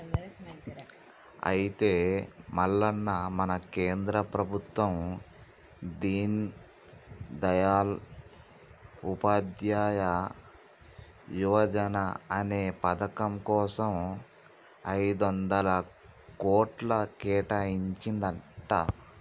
అయితే మల్లన్న మన కేంద్ర ప్రభుత్వం దీన్ దయాల్ ఉపాధ్యాయ యువజన అనే పథకం కోసం ఐదొందల కోట్లు కేటాయించిందంట